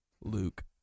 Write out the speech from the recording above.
Luke